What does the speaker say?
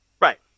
Right